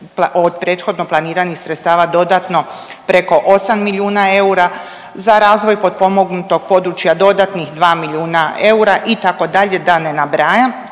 od prethodno planiranih sredstava dodatno, preko 8 milijuna eura, za razvoj potpomognutog područja dodatnih 2 milijuna eura, itd. da ne nabrajam.